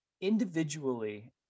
Individually